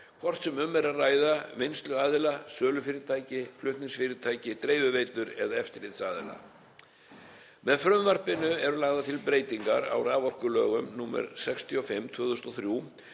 hvort sem um er að ræða vinnsluaðila, sölufyrirtæki, flutningsfyrirtæki, dreifiveitur eða eftirlitsaðila. Með frumvarpinu eru lagðar til breytingar á raforkulögum, nr. 65/2003,